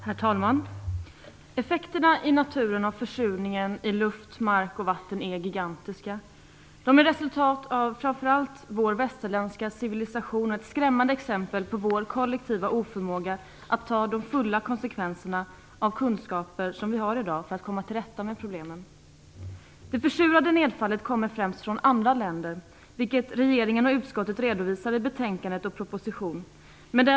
Herr talman! Effekterna i naturen av försurningen i luft, mark och vatten är gigantiska. De är resultatet framför allt av vår västerländska civilisation och ett skrämmande exempel på vår kollektiva oförmåga att ta konsekvenserna fullt ut av kunskaper som vi har i dag för att komma till rätta med problemen. Det försurande nedfallet kommer främst från andra länder, vilket regeringen och utskottet redovisar i propositionen respektive betänkandet.